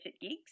gigs